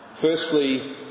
Firstly